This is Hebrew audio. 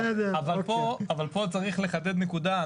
אבל פה צריך לחדד נקודה.